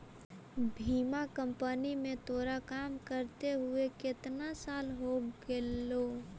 बीमा कंपनी में तोरा काम करते हुए केतना साल हो गेलो